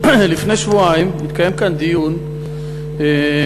לפני שבועיים התקיים כאן דיון שיזמנו,